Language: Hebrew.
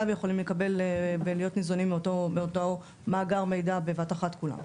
ויכולים לקבל ולהיות ניזונים מאותו מאגר מידע בבת אחת כולם.